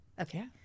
Okay